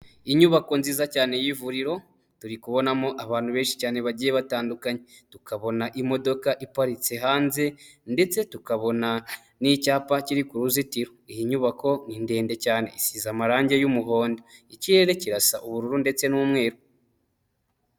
Inyubako nziza cyane y'ivuriro turi kubonamo abantu benshi cyane bagiye batandukanye, tukabona imodoka iparitse hanze ndetse tukabona n'icyapa kiri ku ruzitiro, iyi nyubako ni ndende cyane isize amarange y'umuhondo, ikirere kirasa ubururu ndetse n'umweru.